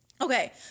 okay